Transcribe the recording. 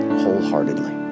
wholeheartedly